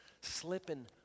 slipping